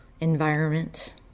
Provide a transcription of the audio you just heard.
environment